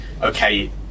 okay